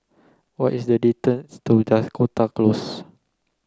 what is the distance to Dakota Close